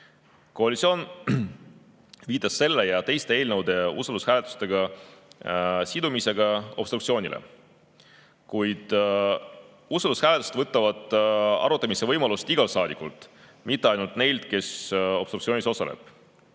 Koalitsioon viitas selle ja teiste eelnõude usaldushääletusega sidumisel obstruktsioonile, kuid usaldushääletused võtavad arutamise võimaluse igalt saadikult, mitte ainult neilt, kes obstruktsioonis osalevad.